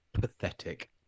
pathetic